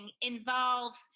involves